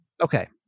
Okay